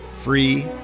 free